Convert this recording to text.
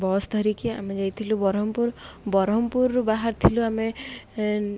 bus ଧରିକି ଆମେ ଯାଇଥିଲୁ ବରହମପୁର ବରହମପୁରରୁ ବାହହାର ଥିଲୁ ଆମେ